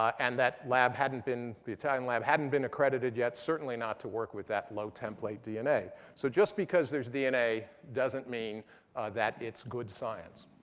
and that lab hadn't been the italian lab hadn't been accredited yet, certainly not to work with that low template dna. so just because there's dna doesn't mean that it's good science.